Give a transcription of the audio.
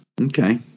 Okay